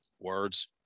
words